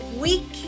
week